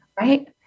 Right